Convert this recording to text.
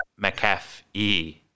McAfee